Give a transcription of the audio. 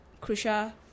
crucial